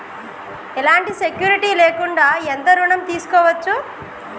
ఎలాంటి సెక్యూరిటీ లేకుండా ఎంత ఋణం తీసుకోవచ్చు?